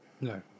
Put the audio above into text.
No